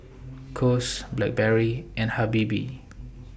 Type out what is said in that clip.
Kose Blackberry and Habibie